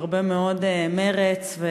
עם הרבה מאוד מרץ.